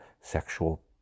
sexual